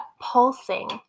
pulsing